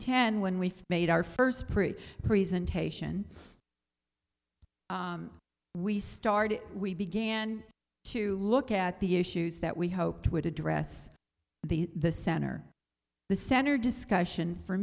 ten when we made our first pre presentation we started we began to look at the issues that we hoped would address the the center the center discussion for